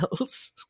else